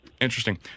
interesting